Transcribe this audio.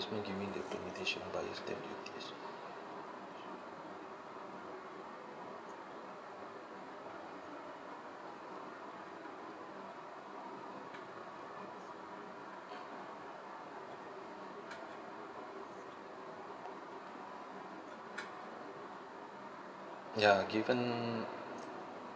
ya given